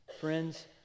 Friends